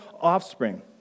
offspring